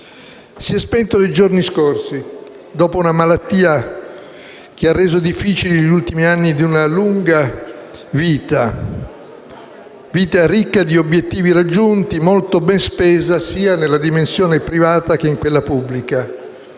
Si è spento nei giorni scorsi, dopo una malattia che ha reso difficili gli ultimi anni di una lunga vita, ricca di obiettivi raggiunti e molto ben spesa, sia nella dimensione privata che in quella pubblica,